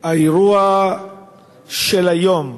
האירוע של היום,